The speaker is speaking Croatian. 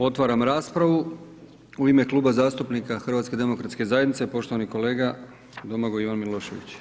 Otvaram raspravu, u ime Kluba zastupnika HDZ-a, poštovani kolega Domagoj Ivan Milošević.